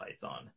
python